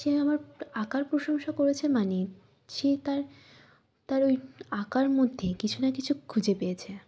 সে আমার আঁকার প্রশংসা করেছে মানে সে তার তার ওই আঁকার মধ্যে কিছু না কিছু খুঁজে পেয়েছে